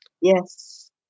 yes